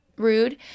rude